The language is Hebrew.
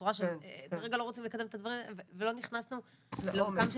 בצורה שהם כרגע לא רוצים לקדם את הדברים ולא נכנסו לעומקם של